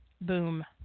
boom